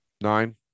nine